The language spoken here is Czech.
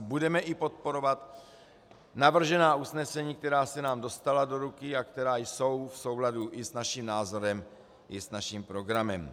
Budeme i podporovat navržená usnesení, která se nám dostala do ruky a která jsou v souladu i s naším názorem i s naším programem.